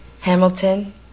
Hamilton